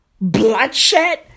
bloodshed